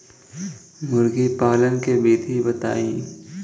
मुर्गी पालन के विधि बताई?